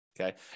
okay